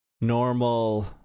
normal